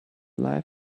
life